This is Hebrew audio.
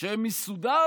כשהם מסודאן,